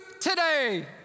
today